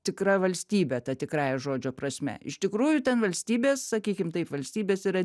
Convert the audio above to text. tikra valstybė ta tikrąja žodžio prasme iš tikrųjų ten valstybės sakykim taip valstybės yra